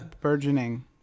Burgeoning